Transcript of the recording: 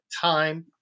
time